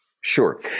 sure